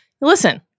listen